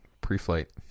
pre-flight